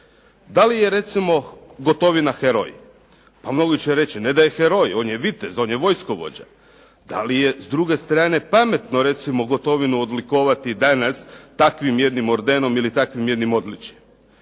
Da li je recimo Gotovina heroj? Pa mnogi će reći ne da je heroj, on je vitez, on je vojskovođa. Da li je s druge strane pametno recimo Gotovinu odlikovati danas takvim jednim ordenom ili takvim jednim odličjem?